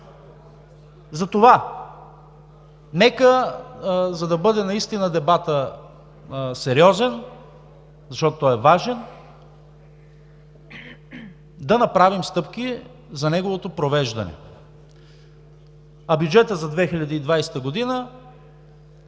Затова, за да бъде наистина дебатът сериозен, защото той е важен, нека да направим стъпки за неговото провеждане, а бюджетът за 2020 г.